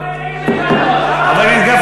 אתה מעלה את יעד הגירעון,